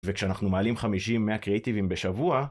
וכשאנחנו מעלים 50-100 קרייטיבים בשבוע